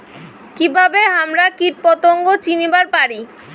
কিভাবে হামরা কীটপতঙ্গ চিনিবার পারি?